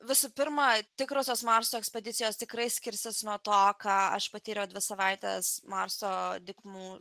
visų pirma tikrosios marso ekspedicijos tikrai skirsis nuo to ką aš patyriau dvi savaites marso dykumų